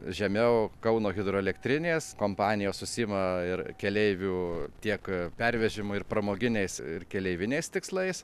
žemiau kauno hidroelektrinės kompanijos užsiima ir keleivių tiek pervežimo ir pramoginiais ir keleiviniais tikslais